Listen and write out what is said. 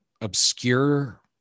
obscure